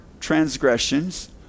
transgressions